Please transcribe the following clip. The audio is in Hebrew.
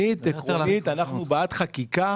אנחנו בעד חקיקה